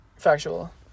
Factual